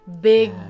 big